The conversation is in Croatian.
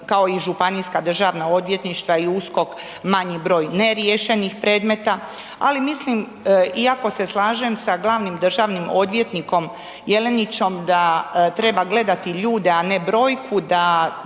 kao i županijska državna odvjetništva i USKOK manji broj neriješenih predmeta, ali mislim iako se slažem sa glavnim državnim odvjetnikom Jelenićem da treba gledati ljude, a ne broju da